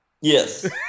Yes